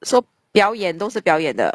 so 表演都是表演的